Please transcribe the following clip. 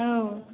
औ